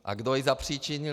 A kdo ji zapříčinil?